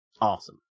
Awesome